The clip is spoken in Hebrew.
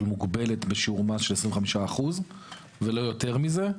מוגבלת בשיעור מס של 25% ולא יותר מזה.